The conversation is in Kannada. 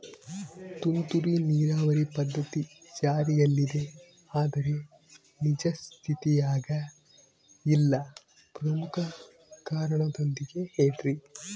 ತುಂತುರು ನೇರಾವರಿ ಪದ್ಧತಿ ಜಾರಿಯಲ್ಲಿದೆ ಆದರೆ ನಿಜ ಸ್ಥಿತಿಯಾಗ ಇಲ್ಲ ಪ್ರಮುಖ ಕಾರಣದೊಂದಿಗೆ ಹೇಳ್ರಿ?